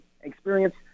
experience